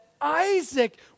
Isaac